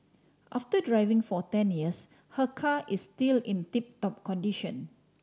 after driving for ten years her car is still in tip top condition